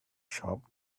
shop